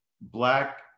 black